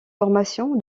formation